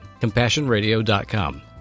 CompassionRadio.com